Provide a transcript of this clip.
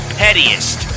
pettiest